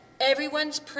everyone's